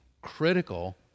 critical